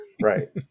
Right